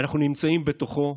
אנחנו נמצאים בתוכו.